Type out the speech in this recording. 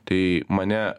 tai mane